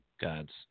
gods